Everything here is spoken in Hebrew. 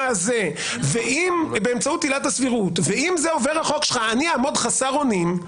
הזה באמצעות עילת הסבירות ואם עובר החוק שלך אני אעמוד חסר אונים,